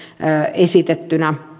esitettynä